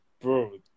bro